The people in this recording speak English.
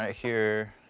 ah here,